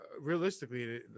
realistically